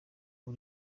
ubu